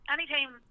Anytime